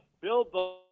Bill